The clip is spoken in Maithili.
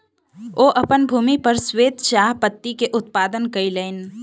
ओ अपन भूमि पर श्वेत चाह पत्ती के उत्पादन कयलैन